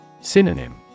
Synonym